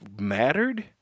mattered